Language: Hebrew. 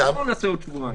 --- בעוד שבועיים.